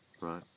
Right